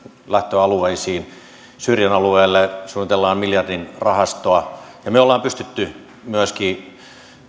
lähtöalueisiin syyrian alueelle suunnitellaan miljardin rahastoa me olemme pystyneet myöskin